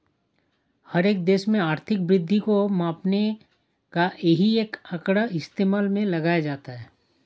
हर एक देश में आर्थिक वृद्धि को मापने का यही एक आंकड़ा इस्तेमाल में लाया जाता है